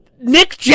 Nick